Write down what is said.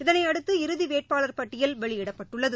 இதனைஅடுத்து இறுதிவேட்பாளர் பட்டியல் வெளியிடபட்ட்டுள்ளது